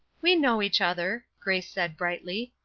we know each other, grace said, brightly,